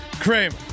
Kramer